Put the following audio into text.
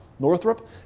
Northrop